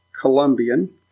Colombian